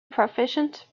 proficient